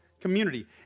community